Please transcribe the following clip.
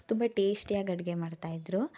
ತುಂಬ ಟೇಸ್ಟಿಯಾಗಿ ಅಡುಗೆ ಮಾಡ್ತಾಯಿದ್ದರು